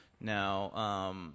now